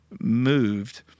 moved